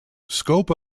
scope